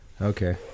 Okay